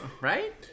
Right